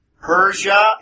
Persia